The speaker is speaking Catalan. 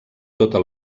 tota